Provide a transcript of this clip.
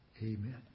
Amen